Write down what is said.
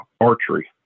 archery